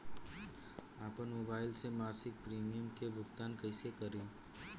आपन मोबाइल से मसिक प्रिमियम के भुगतान कइसे करि?